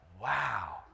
wow